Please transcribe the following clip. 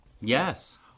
yes